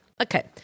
Okay